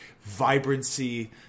vibrancy